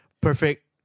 perfect